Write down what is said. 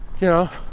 you know?